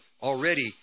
already